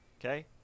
Okay